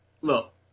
look